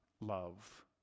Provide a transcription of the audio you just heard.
love